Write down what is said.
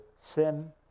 Sim